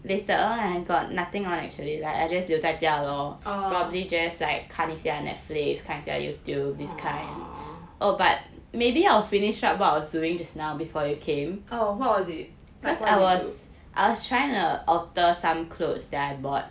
oh oh oh what was it like what you do